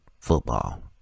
football